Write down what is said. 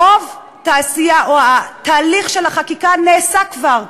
רוב התהליך של החקיקה נעשה כבר,